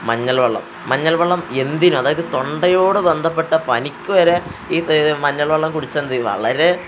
മഞ്ഞൾ വെള്ളം മഞ്ഞൾ വെള്ളം എന്തിനും അതായത് തൊണ്ടയോട് ബന്ധപ്പെട്ട പനിക്കുവരെ ഈ മഞ്ഞൾ വെള്ളം കുടിച്ചാൽ എന്തുചെയ്യും വളരെ